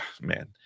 man